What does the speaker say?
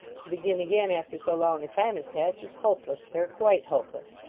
to begin again after so long a time has passed is hopeless, sir quite hopeless